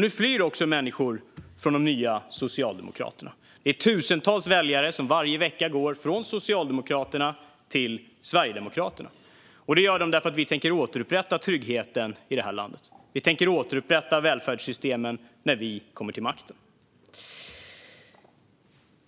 Nu flyr också människor från de nya Socialdemokraterna. Varje vecka går tusentals väljare från Socialdemokraterna till Sverigedemokraterna. Det gör de därför att vi tänker återupprätta tryggheten i det här landet. Vi tänker återupprätta välfärdssystemen när vi kommer till makten.